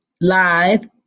live